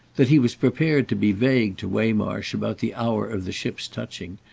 that he was prepared to be vague to waymarsh about the hour of the ship's touching,